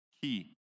key